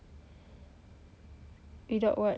without what